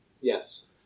Yes